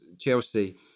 Chelsea